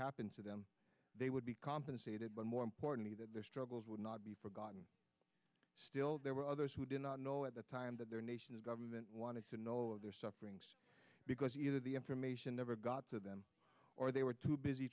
happened to them they would be compensated but more importantly that their struggles would not be forgotten still there were others who did not know at the time that their nation's government wanted to know of their sufferings because either the information never got to them or they were too busy